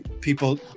people